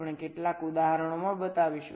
આપણે કેટલાક ઉદાહરણોમાં બતાવીશું